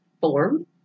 form